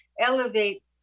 elevate